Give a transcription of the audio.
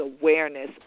awareness